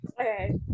Okay